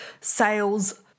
sales